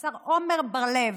השר עומר בר לב,